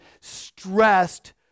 stressed